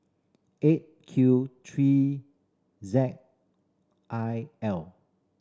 Eight Q three Z I L